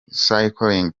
cycling